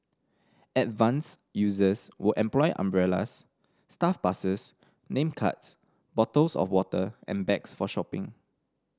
advanced users will employ umbrellas staff passes name cards bottles of water and bags for shopping